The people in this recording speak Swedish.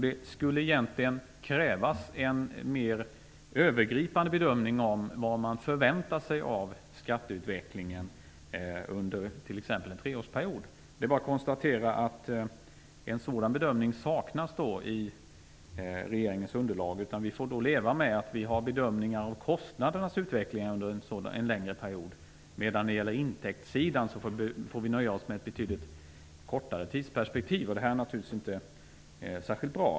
Det skulle egentligen krävas en mer övergripande bedömning av vad man förväntar sig av skatteutvecklingen under t.ex. en treårsperiod. Det är bara att konstatera att en sådan bedömning saknas i regeringens underlag. Vi får leva med bedömningar av kostnadernas utveckling under en längre period. När det gäller intäktssidan får vi nöja oss med ett betydligt kortare tidsperspektiv. Det är naturligtvis inte särskilt bra.